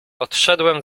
odszedłem